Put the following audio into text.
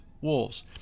wolves